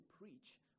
preach